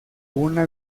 una